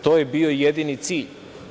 To je bio jedini cilj.